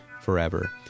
forever